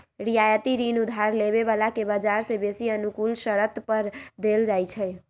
रियायती ऋण उधार लेबे बला के बजार से बेशी अनुकूल शरत पर देल जाइ छइ